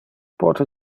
pote